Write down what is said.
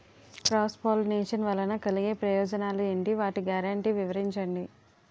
Cross pollination వలన కలిగే ప్రయోజనాలు ఎంటి? వాటి గ్యారంటీ వివరించండి?